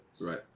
right